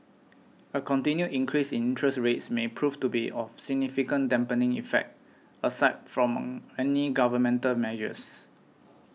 a continued increase in interest rates may prove to be of significant dampening effect aside from any governmental measures